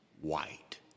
white